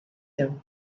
him